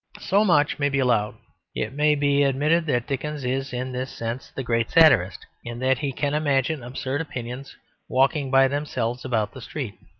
so much may be allowed it may be admitted that dickens is in this sense the great satirist, in that he can imagine absurd opinions walking by themselves about the street.